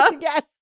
Yes